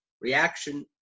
reaction